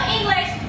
English